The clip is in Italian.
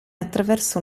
attraverso